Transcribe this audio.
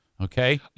okay